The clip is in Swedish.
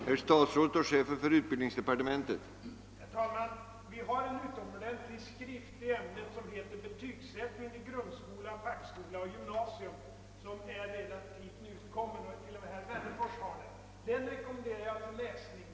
Herr talman! Vi har en utomordentlig skrift i ämnet som heter Betygsättning i grundskola, fackskola och gymnasium. Den är relativt nyutkommen, och t.o.m. herr Wennerfors har den. Den rekommenderar jag till läsning.